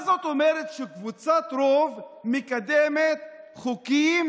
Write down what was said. מה זאת אומרת שקבוצת רוב מקדמת חוקים